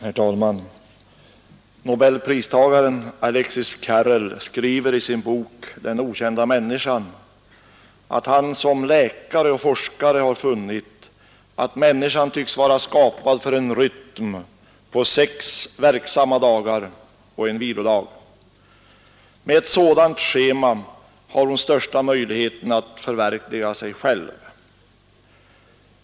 Herr talman! Nobelpristagaren Alexis Carrel skriver i sin bok ”Den okända människan” att han som läkare och forskare funnit att människan tycks vara skapad för en rytm på sex verksamma dagar och en vilodag. Med ett sådant schema har hon största möjligheten att förverkliga sig själv.